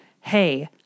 hey